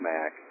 Mac